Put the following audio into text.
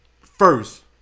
First